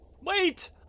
Wait